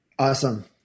Awesome